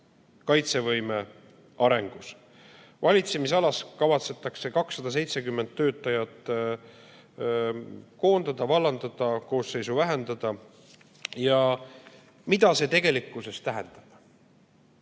aeglasemini". Valitsemisalas kavatsetakse 270 töötajat koondada-vallandada, koosseisu vähendada. Mida see tegelikkuses tähendab?